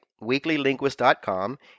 weeklylinguist.com